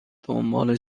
دنبال